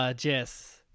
Yes